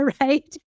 right